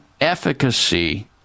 efficacy